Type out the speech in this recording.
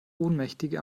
ohnmächtige